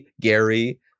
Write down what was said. Gary